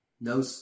no